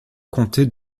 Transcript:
comptait